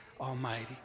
Almighty